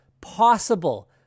possible